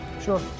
Sure